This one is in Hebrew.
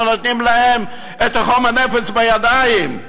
למה אנחנו נותנים להם את חומר הנפץ בידיים?